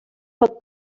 pot